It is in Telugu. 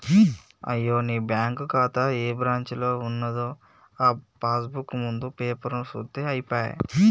అయ్యో నీ బ్యాంకు ఖాతా ఏ బ్రాంచీలో ఉన్నదో ఆ పాస్ బుక్ ముందు పేపరు సూత్తే అయిపోయే